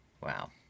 Wow